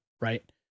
right